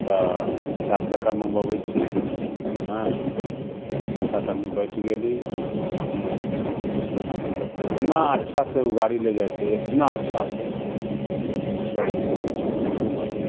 तऽ चारि चक्का मङ्गबबै छी हँ पाँच सात आदमी बैठि गेली हा मतलब इतना अच्छासँ उ गाड़ी ले जाइ है इतना अच्छासँ मतलब जे पूछू मत